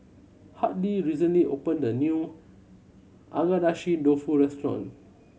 Hartley recently opened a new Agedashi Dofu restaurant